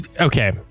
Okay